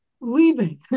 leaving